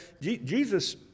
Jesus